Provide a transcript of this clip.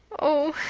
oh,